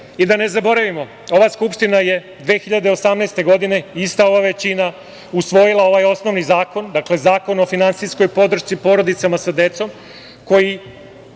ne zaboravim, ova Skupština je 2018. godina, ista ova većina, usvojila ovaj osnovni zakon, dakle Zakon o finansijskoj podršci porodicama sa decom, o